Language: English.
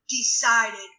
decided